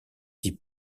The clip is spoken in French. dit